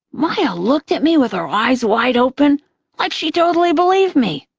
maya looked at me with her eyes wide open like she totally believed me.